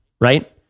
right